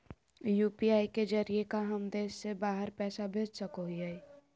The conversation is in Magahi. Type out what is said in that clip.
यू.पी.आई के जरिए का हम देश से बाहर पैसा भेज सको हियय?